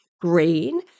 green